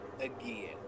again